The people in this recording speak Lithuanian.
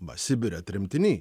va sibire tremtiniai